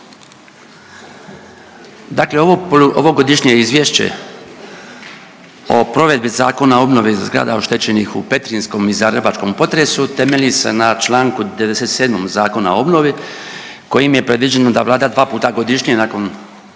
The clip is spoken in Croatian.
Dakle, ovo Godišnje izvješće o provedbi Zakona o obnovi zgrada oštećenih u petrinjskom i zagrebačkom potresu temelji se na Članku 97. Zakona o obnovi kojim je predviđeno da Vlada dva puta godišnje, nakon